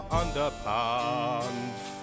underpants